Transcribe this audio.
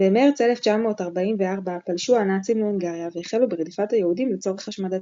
במרץ 1944 פלשו הנאצים להונגריה והחלו ברדיפת היהודים לצורך השמדתם.